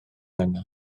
yna